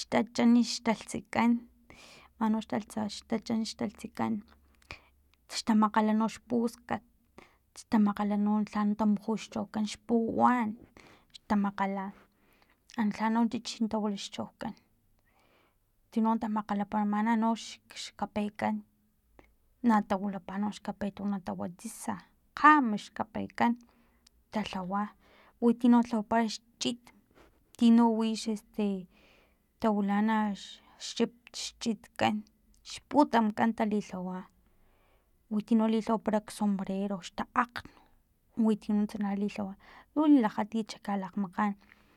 xtachan xtalhtsikan mano xtachan xtalhtsikan xtamakgala no xpuskat xtamakgala no taan tamuju xchaukan xpuwan xtamakgala an lha no chich na tawila xchaukan tino tamakgalanana nox kapekan na tawilapa nox kape tu tawa tsisa kgam xkapekan talhawa witi no lhawaparta chit tino wi xeste tawilana xchit kan xputamkan lilhawa winti no lilhawapara no xsombrero xtaakn winti no nuntsa litlawa lu lilakgatit xa kalakgmakan